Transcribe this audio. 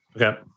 Okay